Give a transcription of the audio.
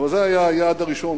אבל זה היה היעד הראשון,